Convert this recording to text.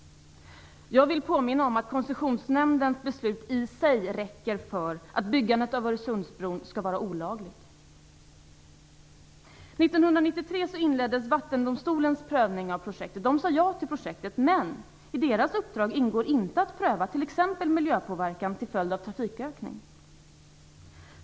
Jag vill påminna om att Koncessionsnämndens beslut i sig räcker för att byggandet av Öresundsbron skall vara olagligt. År 1993 inleddes Vattendomstolens prövning av projektet. Den sade ja till projektet, men i dess uppdrag ingår inte att pröva t.ex. miljöpåverkan till följd av trafikökning.